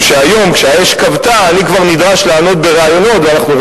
להיות הבוס שלהם והיה יכול להורות להם.